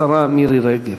השרה מירי רגב.